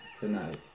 Tonight